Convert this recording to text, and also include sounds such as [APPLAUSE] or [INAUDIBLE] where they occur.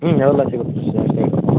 ಹ್ಞೂ ಅವೆಲ್ಲ ಸಿಗುತ್ತೆ [UNINTELLIGIBLE]